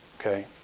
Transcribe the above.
okay